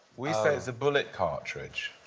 we said it's a bullet cartridge.